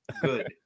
good